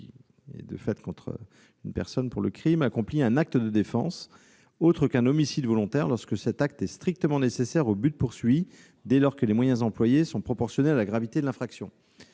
délit contre un bien, accomplit un acte de défense, autre qu'un homicide volontaire, lorsque cet acte est strictement nécessaire au but visé dès lors que les moyens employés sont proportionnés à la gravité de l'infraction